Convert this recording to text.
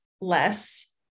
less